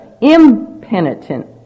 impenitent